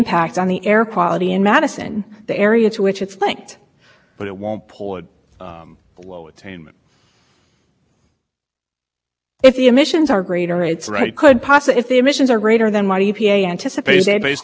if texas were given a hundred dollar a ton i don't know if you could say that because the i think the emissions charges were based on also the projections of electricity usage and if